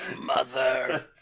Mother